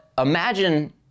Imagine